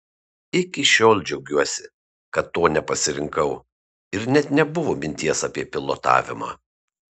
iki šiol džiaugiuosi kad to nepasirinkau ir net nebuvo minties apie pilotavimą